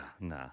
nah